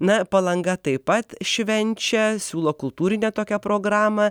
na palanga taip pat švenčia siūlo kultūrinę tokią programą